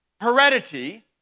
heredity